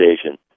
station